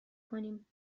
کنیم